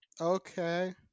Okay